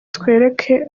twereke